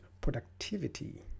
productivity